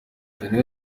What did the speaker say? danny